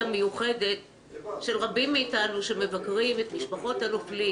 המיוחדת של רבים מאתנו שמבקרים את משפחות הנופלים,